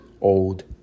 old